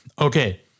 okay